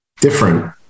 different